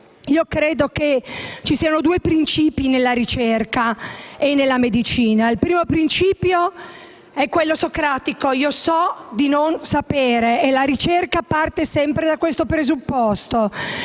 Credo ci siano due principi nella ricerca e nella medicina. Il primo principio è quello socratico, per cui io so di non sapere; la ricerca parte sempre da questo presupposto